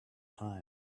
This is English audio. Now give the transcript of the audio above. time